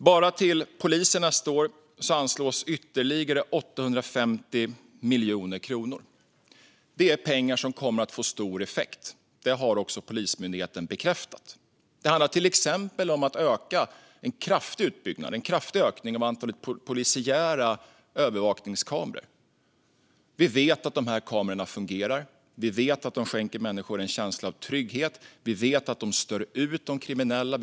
Bara till poliserna anslås nästa år ytterligare 850 miljoner kronor. Det är pengar som kommer att få stor effekt. Det har också Polismyndigheten bekräftat. Det handlar till exempel om en kraftig ökning av antalet polisiära övervakningskameror. Vi vet att dessa kameror fungerar. Vi vet att de skänker människor en känsla av trygghet. Vi vet att de stör ut de kriminella.